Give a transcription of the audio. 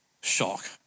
Shock